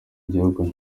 gihugu